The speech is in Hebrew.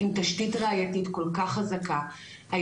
עם תשתית ראייתית כל-כך חזקה,